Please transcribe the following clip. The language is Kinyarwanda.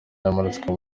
yamuritswe